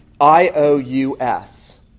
I-O-U-S